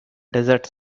desert